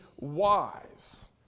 wise